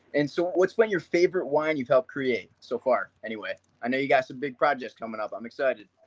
and so what's been your favorite wine you've helped create so far anyway? i know you guys have big projects coming up, i'm excited.